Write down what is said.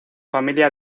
familia